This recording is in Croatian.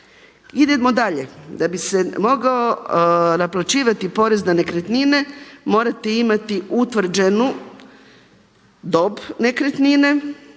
Idemo dalje, da bi se mogao naplaćivati porez na nekretnine morate imati utvrđenu dob nekretnine,